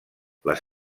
les